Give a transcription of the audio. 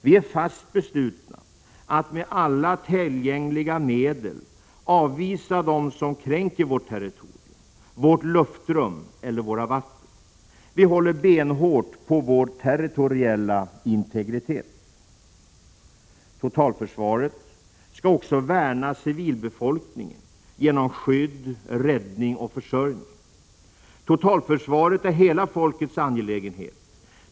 Vi är fast beslutna att med alla tillgängliga medel avvisa dem som kränker vårt territorium, vårt luftrum eller våra vatten. Vi håller benhårt på vår territoriella integritet. Totalförsvaret skall också värna civilbefolkningen genom skydd, räddning och försörjning. Totalförsvaret är hela folkets angelägenhet.